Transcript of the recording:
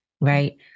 Right